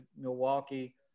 Milwaukee